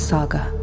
Saga